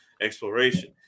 exploration